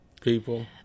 people